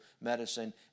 medicine